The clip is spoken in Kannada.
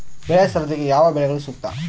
ಬೆಳೆ ಸರದಿಗೆ ಯಾವ ಬೆಳೆಗಳು ಸೂಕ್ತ?